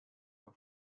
for